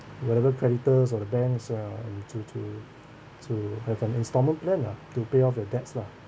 whatever creditors of the banks ah you to to to have an installment plan lah to pay off your debts lah